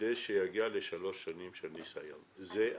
כדי שיגיע לשלוש שנות ניסיון במצטבר, זו הקלה.